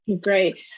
Great